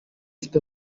ufite